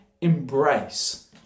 embrace